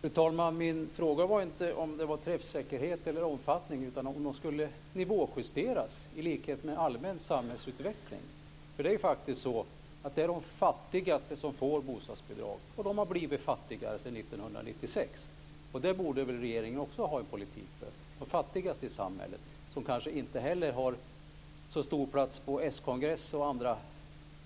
Fru talman! Min fråga handlade inte om träffsäkerhet eller om omfattning utan om bostadsbidragen skulle nivåjusteras, i linje med den allmänna samhällsutvecklingen. Det är ju faktiskt de fattigaste som får bostadsbidrag, och de har blivit fattigare sedan 1996. Regeringen borde väl också ha en politik för de fattigaste i samhället som kanske inte har så stor plats på skongressen eller har andra